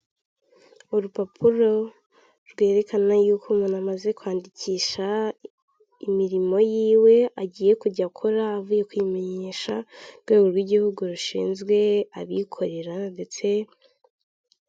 Urupapuro rwerekana yuko umuntu amaze kwandikisha imirimo yiwe agiye kujya akora avuye kwimenyesha urwego rw'igihugu rushinzwe abikorera ndetse.